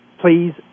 please